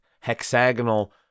hexagonal